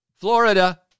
Florida